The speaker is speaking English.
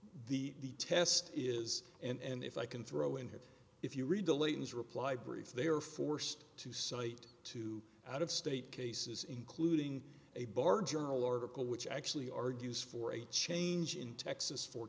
the test is and if i can throw in here if you read the ladies reply brief they are forced to cite two out of state cases including a bar journal article which actually argues for a change in texas for